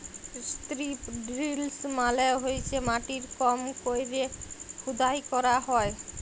strip drill মালে হইসে মাটির কম কইরে খুদাই ক্যইরা হ্যয়